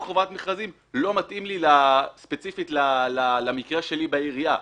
חובת מכרזים לא מתאים לי ספציפית למקרה שלי בעירייה.